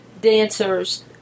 dancers